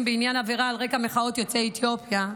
בעניין עבירה על רקע מחאות יוצאי אתיופיה,